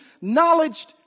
knowledge